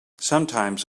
sometimes